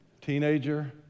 Teenager